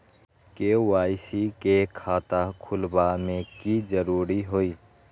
KYC के खाता खुलवा में की जरूरी होई?